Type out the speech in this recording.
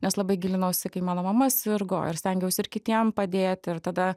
nes labai gilinausi kai mano mama sirgo ir stengiaus ir kitiem padėt ir tada